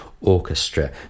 orchestra